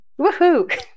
Woohoo